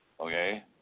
Okay